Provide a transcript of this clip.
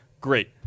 Great